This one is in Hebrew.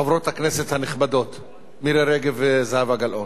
חברות הכנסת הנכבדות מירי רגב וזהבה גלאון.